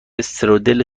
استرودل